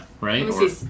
Right